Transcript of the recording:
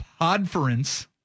Podference